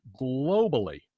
globally